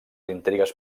intrigues